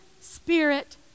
spirit